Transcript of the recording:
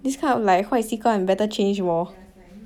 this kind of like 坏习惯 better change 喔